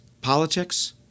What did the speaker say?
politics